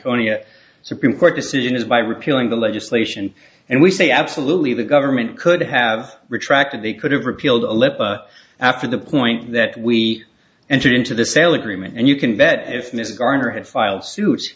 franconia supreme court decision is by repealing the legislation and we say absolutely the government could have retracted they could have repealed after the point that we entered into the sale agreement and you can bet if mr garner had filed suit